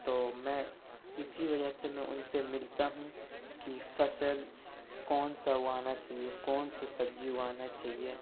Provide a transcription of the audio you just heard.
تو ميں اِسى وجہ سے ميں اُن سے ملتا ہوں كہ فصل كون سا اُگانا چاہیے كون سا سبزی اگانا چاہیے